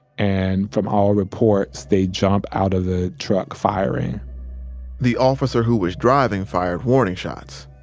and from all reports, they jump out of the truck firing the officer who was driving fired warning shots.